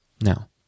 now